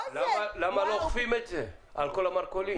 למה לא אוכפים את זה על כל המרכולים?